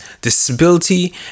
disability